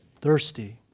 thirsty